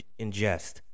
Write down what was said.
ingest